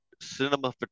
cinema